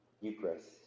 Eucharist